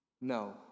No